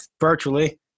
virtually